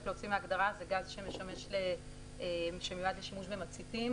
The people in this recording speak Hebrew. להוציא מההגדרה זה גז שמיועד לשימוש במציתים,